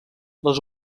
les